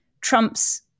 Trump's